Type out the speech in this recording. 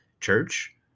church